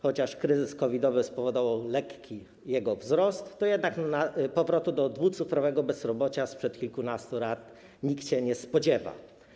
Chociaż kryzys COVID-owy spowodował lekki jego wzrost, to jednak powrotu do dwucyfrowego bezrobocia sprzed kilkunastu lat nikt się nie spodziewa.